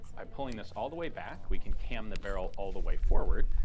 by pulling this all the way back we can cam the barrel all the way forward,